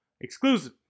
Exclusive